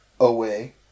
Away